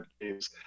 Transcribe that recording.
games